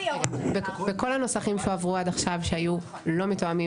בכל הנוסחים שהועברו עד עכשיו שהיו לא מתואמים